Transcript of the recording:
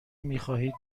میخواهید